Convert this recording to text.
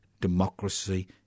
democracy